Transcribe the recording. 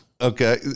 Okay